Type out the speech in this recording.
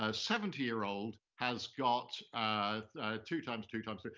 ah seventy year old has got two times, two times,